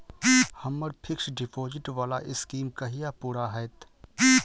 हम्मर fixed deposit वला scheme कहिया पूरा हैत?